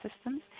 systems